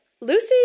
Lucy